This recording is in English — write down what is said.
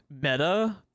meta